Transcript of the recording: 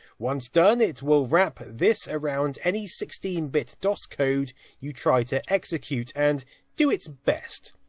once done, it will wrap this around any sixteen bit dos code you try to execute, and do its best.